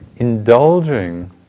Indulging